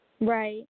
Right